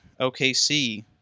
okc